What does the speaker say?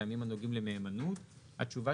טעמים הנוגעים למהימנות וכדומה והתשובה